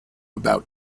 about